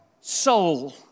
soul